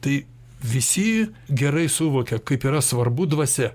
tai visi gerai suvokia kaip yra svarbu dvasia